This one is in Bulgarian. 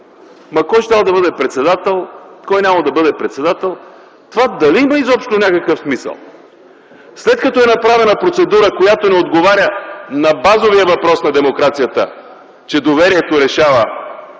– кой щял да бъде председател, кой нямало да бъде председател. Това дали има изобщо някакъв смисъл? След като е направена процедура, която не отговаря на базовия въпрос на демокрацията, че доверието решава